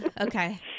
okay